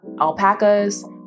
alpacas